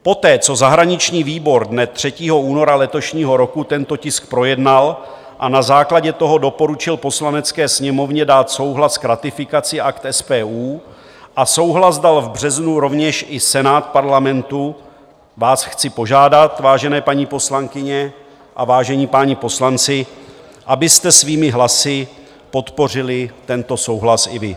Poté, co zahraniční výbor dne 3. února letošního roku tento tisk projednal a na základě toho doporučil Poslanecké sněmovně dát souhlas k ratifikaci Akt SPU, a souhlas dal v březnu rovněž i Senát Parlamentu, vás chci požádat, vážené paní poslankyně a vážení páni poslanci, abyste svými hlasy podpořili tento souhlas i vy.